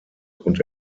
und